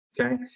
Okay